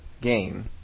game